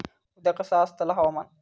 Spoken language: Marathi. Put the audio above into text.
उद्या कसा आसतला हवामान?